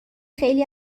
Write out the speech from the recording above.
خیلی